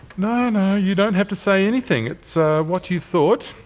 no, no you don't have to say anything, it's ah what you thought.